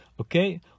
okay